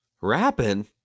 Rapping